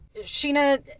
Sheena